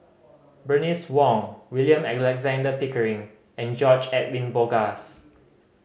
Bernice Wong William Alexander Pickering and George Edwin Bogaars